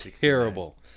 terrible